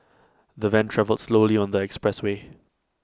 the van travelled slowly on the expressway